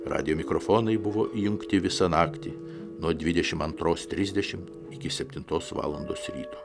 radijo mikrofonai buvo įjungti visą naktį nuo dvidešimt antros trisdešim iki septintos valandos ryto